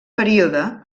període